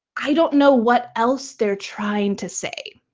i don't know what else they're trying to say.